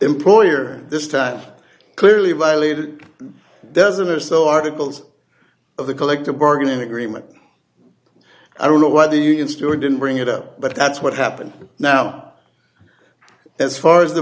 employer this time clearly violated dozen or so articles of the collective bargaining agreement i don't know what the union steward didn't bring it up but that's what happened now as far as the